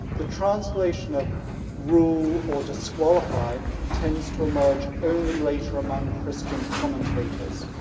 the translation of rule or disqualify tends to emerge only later among christian commentators.